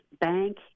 bank